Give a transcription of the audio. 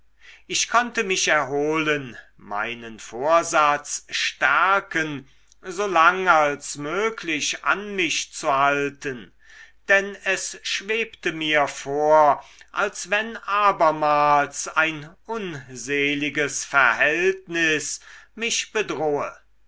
ich konnte mich erholen meinen vorsatz stärken so lang als möglich an mich zu halten denn es schwebte mir vor als wenn abermals ein unseliges verhältnis mich bedrohe